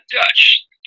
Dutch